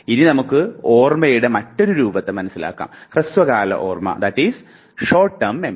ഇനി നമുക്ക് ഓർമ്മയുടെ മറ്റൊരു രൂപത്തെ മനസ്സിലാക്കാം ഹ്രസ്വകാല ഓർമ്മ